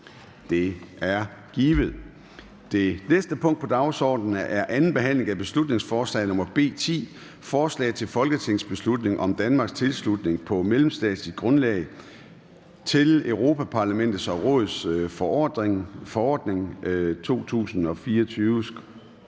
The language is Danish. Det er givet. --- Det næste punkt på dagsordenen er: 2) 2. (sidste) behandling af beslutningsforslag nr. B 10: Forslag til folketingsbeslutning om Danmarks tilslutning på mellemstatsligt grundlag til Europa-Parlamentets og Rådets forordning (EU)